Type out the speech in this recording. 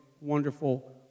wonderful